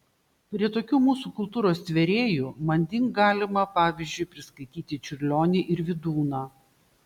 prie tokių mūsų kultūros tvėrėjų manding galima pavyzdžiui priskaityti čiurlionį ir vydūną